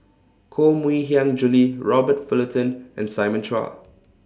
Koh Mui Hiang Julie Robert Fullerton and Simon Chua